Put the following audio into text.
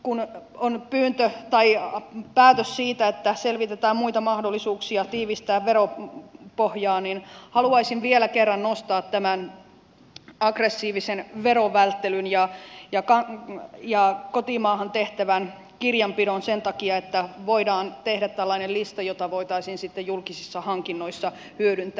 kun on päätös siitä että selvitetään muita mahdollisuuksia tiivistää veropohjaa niin haluaisin vielä kerran nostaa tämän aggressiivisen verovälttelyn ja kotimaahan tehtävän kirjanpidon sen takia että voidaan tehdä tällainen lista jota voitaisiin sitten julkisissa hankinnoissa hyödyntää